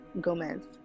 Gomez